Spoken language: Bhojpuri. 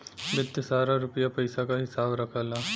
वित्त सारा रुपिया पइसा क हिसाब रखला